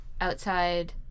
outside